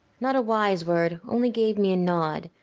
not a wise word only gave me a nod,